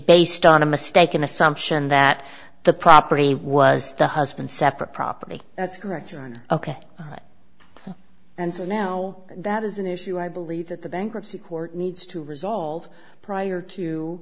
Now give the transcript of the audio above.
based on a mistaken assumption that the property was the husband separate property that's correct on ok and so now that is an issue i believe that the bankruptcy court needs to resolve prior to